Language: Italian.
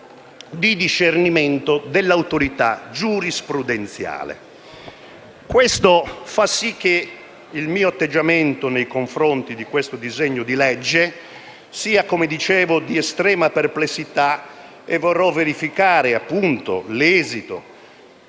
di discernimento dell'autorità giurisprudenziale. Questo fa sì che il mio atteggiamento nei confronti di questo disegno di legge sia di estrema perplessità e vorrò verificare l'esito